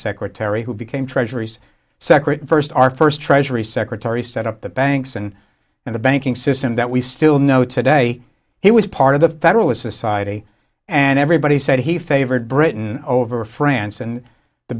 secretary who became treasuries sekret first our first treasury secretary set up the banks and and the banking system that we still know today he was part of the federalist society and everybody said he favored britain over france and the